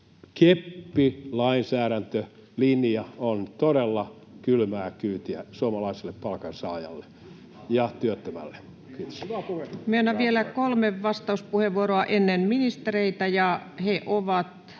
keppi, lainsäädäntölinja, on todella kylmää kyytiä suomalaiselle palkansaajalle ja työttömälle. — Kiitos. Myönnän vielä kolme vastauspuheenvuoroa ennen ministereitä, ja he ovat